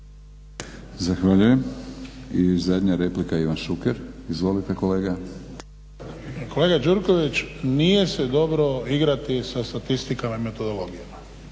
Zahvaljujem. I zadnja replika Ivan Šuker. Izvolite kolega. **Šuker, Ivan (HDZ)** Kolega Gjurković, nije se dobro igrati sa statistikama i metodologijama.